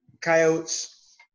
coyotes